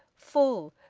full,